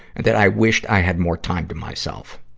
and that i wished i had more time to myself.